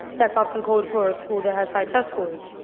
that's often called for a school that has high test scores.